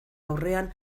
aurrean